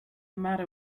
matter